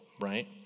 right